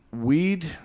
weed